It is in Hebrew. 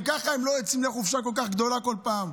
גם ככה הם לא יוצאים לחופשה כל כך גדולה כל פעם.